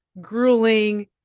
grueling